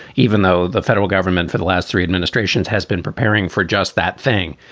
even though the federal government for the last three administrations has been preparing for just that thing.